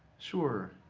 sure.